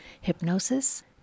hypnosis